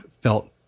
felt